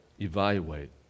evaluate